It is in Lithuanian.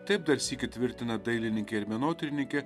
taip dar sykį tvirtina dailininkė ir menotyrininkė